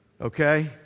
Okay